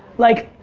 like,